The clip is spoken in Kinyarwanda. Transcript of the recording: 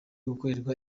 gukorerwa